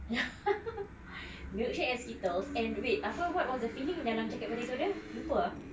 ya milkshake and skittles and wait apa what was the filling dalam jacket potato dia lupa ah